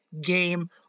game